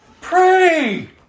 Pray